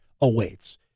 awaits